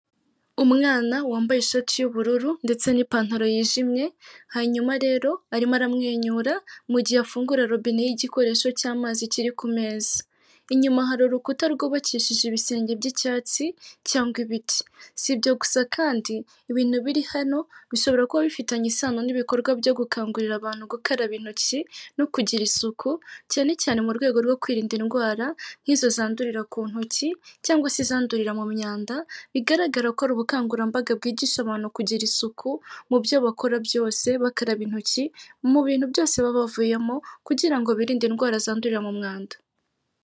Umwana wambaye ishati y'ubururu ndetse n'ipantaro yijimye, hanyuma rero arimo aramwenyura mu gihe afungura robine y'igikoresho cy'amazi kiri ku meza, inyuma hari urukuta rwubakishije ibisenge by'icyatsi cyangwa ibiti, si ibyo gusa kandi ibintu biri hano bishobora kuba bifitanye isano n'ibikorwa byo gukangurira abantu gukaraba intoki no kugira isuku, cyane cyane mu rwego rwo kwirinda indwara nk'izo zandurira ku ntoki cyangwa se izandurira mu myanda, bigaragara ko ari ubukangurambaga bwigisha abantu kugira isuku, mu byo bakora byose bakaraba intoki, mu bintu byose baba bavuyemo, kugira ngo birinde indwara zandurira mu mwanda.